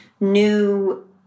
new